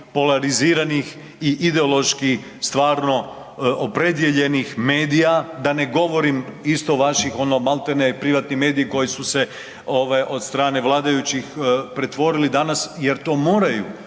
polariziranih i ideološki stvarno opredijeljenih medija, da ne govorim isto vaših, ono maltene privatni mediji koji su se od strane vladajućih pretvorili danas jer to moraju,